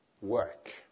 work